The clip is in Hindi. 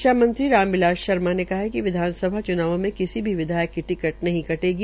शिक्षा मंत्री रामबिलास शर्मा ने कहा है कि विधानसभा चुनावों में किसी भी विधायक की टिकट नहीं कटेगी